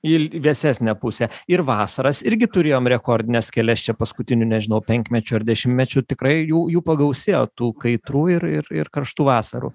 į vėsesnę pusę ir vasaras irgi turėjom rekordines kelias čia paskutiniu nežinau penkmečiu ar dešimtmečiu tikrai jų jų pagausėjo tų kaitrų ir ir ir karštų vasarų